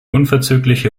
unverzügliche